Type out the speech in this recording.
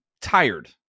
tired